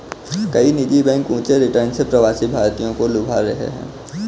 कई निजी बैंक ऊंचे रिटर्न से प्रवासी भारतीयों को लुभा रहे हैं